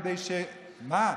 כדי שמה?